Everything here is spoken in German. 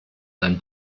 sein